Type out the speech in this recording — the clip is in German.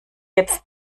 jetzt